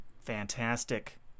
Fantastic